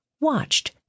watched